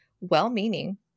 well-meaning